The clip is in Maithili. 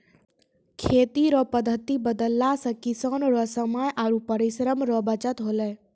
खेती रो पद्धति बदलला से किसान रो समय आरु परिश्रम रो बचत होलै